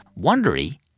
Wondery